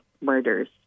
murders